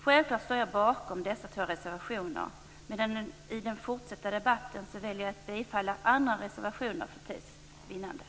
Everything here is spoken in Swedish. Självklart står jag bakom dessa två reservationer, men i den fortsatta debatten väljer jag, för tids vinnande, att biträda andra reservationer.